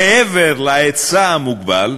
מעבר להיצע המוגבל,